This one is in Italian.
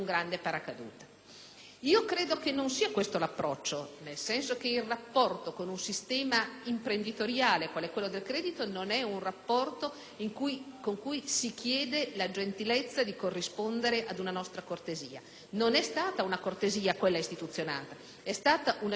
Io credo che non sia questo l'approccio giusto, nel senso che il rapporto con un sistema imprenditoriale quale quello del credito non è un rapporto a cui si chiede la gentilezza di corrispondere ad una nostra cortesia. Non è stata una cortesia quella istituzionale: è stata una scelta politica